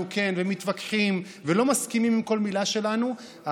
כן ומתווכחים ולא מסכימים לכל מילה שלנו,